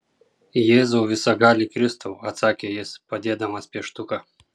jėzau visagali kristau atsakė jis padėdamas pieštuką